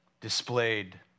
displayed